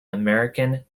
american